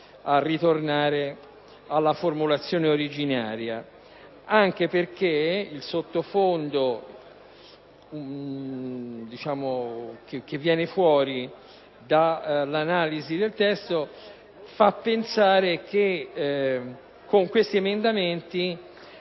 a ritornare alla formulazione originaria, anche perché il sottofondo che emerge dall'analisi del testo fa pensare che, con queste modifiche